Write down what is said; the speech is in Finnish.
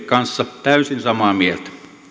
kanssa täysin samaa mieltä